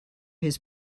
his